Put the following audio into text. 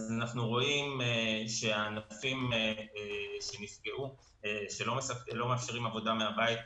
אז הענפים שלא נפגעו הם ענפים שמאפשרים עבודה מהבית,